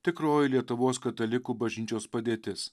tikroji lietuvos katalikų bažnyčios padėtis